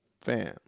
Fam